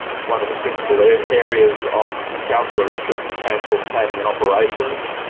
one of the principal areas areas of councillor interest, transport planning and operations,